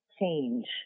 change